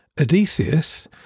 Odysseus